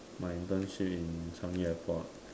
my internship in Changi Airport